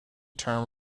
term